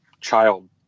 child